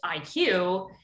IQ